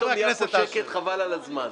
פתאום נהיה פה שקט חבל על הזמן.